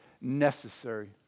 necessary